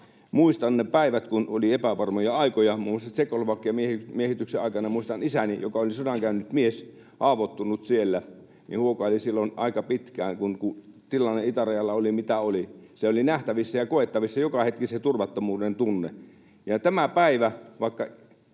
muassa Tšekkoslovakian miehityksen aikana isäni, joka oli sodan käynyt mies, haavoittunut siellä, huokaili aika pitkään, kun tilanne itärajalla oli mitä oli. Se oli nähtävissä ja koettavissa joka hetki se turvattomuudentunne. Tänä päivänä — vaikka